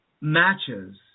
matches